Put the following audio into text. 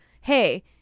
hey